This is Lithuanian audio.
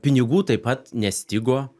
pinigų taip pat nestigo